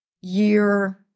year